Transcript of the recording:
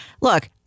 Look